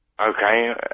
Okay